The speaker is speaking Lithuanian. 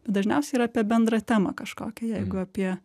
bet dažniausiai yra apie bendrą temą kažkokią jeigu apie